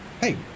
Hey